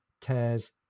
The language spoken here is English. tears